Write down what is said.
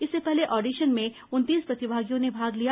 इससे पहले ऑडिशन में उनतीस प्रतिभागियों ने भाग लिया